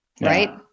right